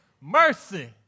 mercy